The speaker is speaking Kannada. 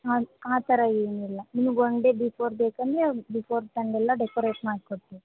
ಹಾಂ ಆ ಥರ ಏನಿಲ್ಲ ನಿಮುಗೆ ಒನ್ ಡೇ ಬಿಫೋರ್ ಬೇಕಂದರೆ ಬಿಫೋರ್ ಬಂದೆಲ್ಲಾ ಡೆಕೋರೇಟ್ ಮಾಡಿ ಕೊಡ್ತೀವಿ